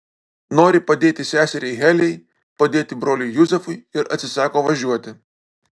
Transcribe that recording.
nori padėti seseriai heliai padėti broliui juzefui ir atsisako važiuoti